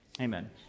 amen